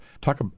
Talk